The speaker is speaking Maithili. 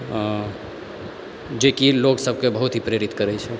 जेकि लोक सबके बहुत ही प्रेरित करै छै